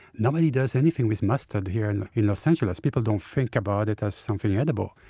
nobody does anything with mustard here in los angeles people don't think about it as something edible.